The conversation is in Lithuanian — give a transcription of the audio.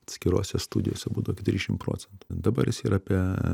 atskirose studijose būdavo apie trisdešimt procentų dabar jis yra apie